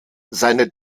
seine